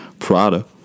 Prada